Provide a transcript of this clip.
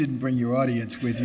didn't bring your audience with